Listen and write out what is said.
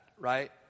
right